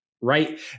right